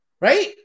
right